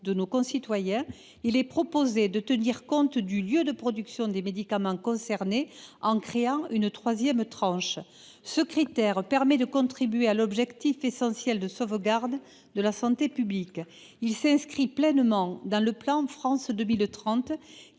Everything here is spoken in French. de nos concitoyens, il est proposé de tenir compte du lieu de production des médicaments concernés en créant une troisième tranche. Ce critère permettrait de contribuer à l’objectif essentiel de sauvegarde de la santé publique. Il s’inscrit pleinement dans le plan France 2030,